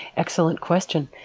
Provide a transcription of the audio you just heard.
excellent question.